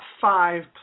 five